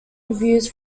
reviews